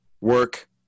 Work